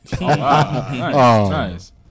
Nice